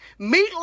meatloaf